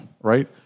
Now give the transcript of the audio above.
right